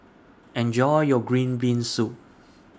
Enjoy your Green Bean Soup